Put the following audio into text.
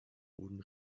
wurden